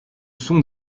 sont